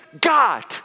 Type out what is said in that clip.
God